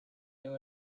new